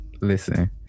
Listen